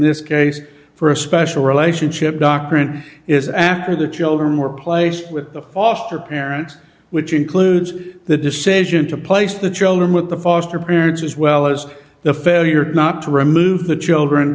this case for a special relationship doctrine is after the children were placed with the foster parents which includes the decision to place the children with the foster parents as well as the failure not to remove the children